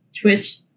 Twitch